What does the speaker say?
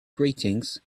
greetings